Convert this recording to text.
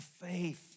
faith